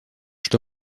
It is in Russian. что